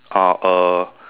uh a